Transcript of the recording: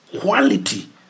Quality